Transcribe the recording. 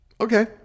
Okay